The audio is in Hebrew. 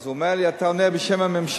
הוא אמר לי, אתה עונה בשם הממשלה.